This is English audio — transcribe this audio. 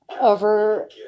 Over